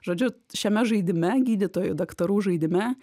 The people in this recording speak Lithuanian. žodžiu šiame žaidime gydytojų daktarų žaidime